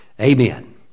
amen